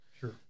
Sure